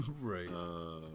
Right